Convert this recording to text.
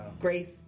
Grace